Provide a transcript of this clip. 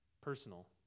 personal